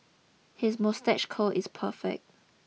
his moustache curl is perfect